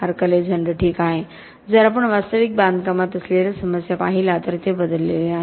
mark Alexander ठीक आहे जर आपण वास्तविक बांधकामात असलेल्या समस्या पाहिल्या तर ते बदललेले नाही